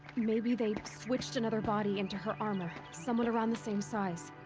maybe they. switched another body into her armor. someone around the same size.